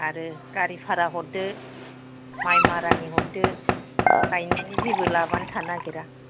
आरो गारि भारा हरदो माइ मारानि हरदो गायनायनि जेबो लाबआनो थानो नागिरा